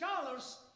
scholars